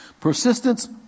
Persistence